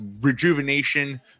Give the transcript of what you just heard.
rejuvenation